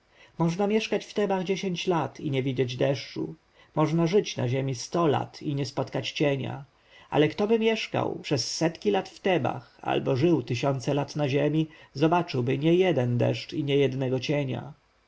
można mieszkać w tebach dziesięć lat i nie widzieć deszczu można żyć na ziemi sto lat i nie spotkać cienia ale ktoby mieszkał przez setki lat w tebach albo żył tysiące lat na ziemi zobaczyłby niejeden deszcz i niejednego cienia